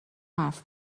حرف